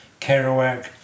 Kerouac